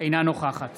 אינה נוכחת